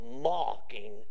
mocking